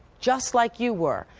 just like you were.